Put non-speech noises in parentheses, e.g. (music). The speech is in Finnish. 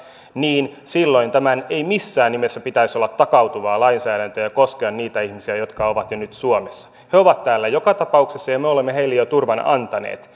niin silloin tämän ei missään nimessä pitäisi olla takautuvaa lainsäädäntöä ja koskea niitä ihmisiä jotka ovat jo nyt suomessa he ovat täällä joka tapauksessa ja me olemme heille jo turvan antaneet (unintelligible)